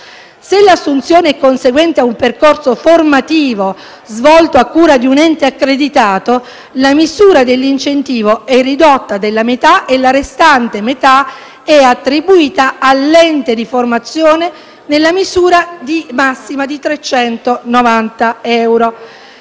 Se l'assunzione è conseguente ad un percorso formativo, svolto a cura di un ente accreditato, la misura dell'incentivo è ridotta alla metà e la restante metà è attribuita all'ente di formazione nella misura massima di 390 euro.